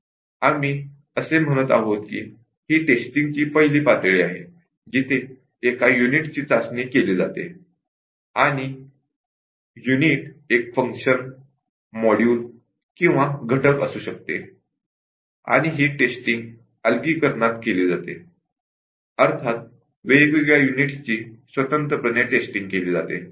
आम्ही असे म्हणत आहोत की ही टेस्टिंगची पहिली लेव्हल आहे जिथे एका युनिटची टेस्टिंग केली जाते आणि युनिट एक फंक्शन मॉड्यूल किंवा कंपोनंन्ट असू शकते आणि ही टेस्टिंग अलगीकरणात केली जाते अर्थात वेगवेगळ्या युनिट्सची स्वतंत्रपणे टेस्टिंग केली जाते